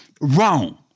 Wrong